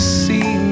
see